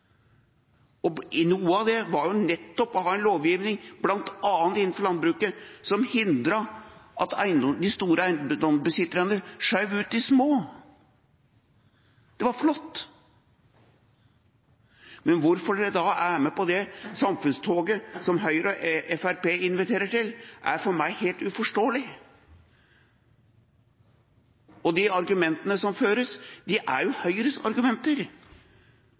Og noe av det var nettopp det å ha en lovgivning, bl.a. innenfor landbruket, som hindret at de store eiendomsbesitterne skjøv ut de små. Det var flott. Men hvorfor de da er med på det samfunnstoget som Høyre og Fremskrittspartiet inviterer til, er for meg helt uforståelig. Og de argumentene som føres, er jo Høyres argumenter.